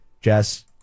Jess